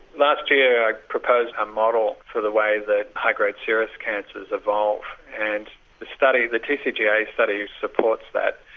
last year i proposed a model for the way that high grade serous cancers evolve and the study the tcga study supports that.